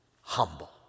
humble